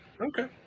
Okay